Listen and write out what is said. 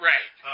Right